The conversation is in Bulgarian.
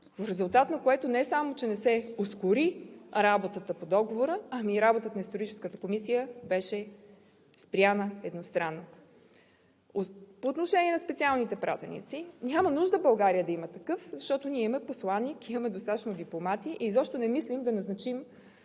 в резултат на което не само че не се ускори работата по Договора, но и работата на Историческата комисия беше спряна едностранно. По отношение на специалните пратеници, България няма нужда да има такъв, защото ние имаме посланик, имаме достатъчно дипломати и изобщо не мислим да назначим